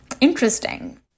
interesting